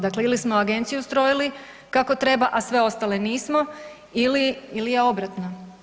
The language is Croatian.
Dakle ili smo agenciju ustrojili kako treba, a sve ostale nismo ili je obratno.